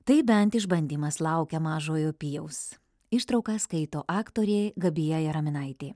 tai bent išbandymas laukia mažojo pijaus ištrauką skaito aktorė gabija jaraminaitė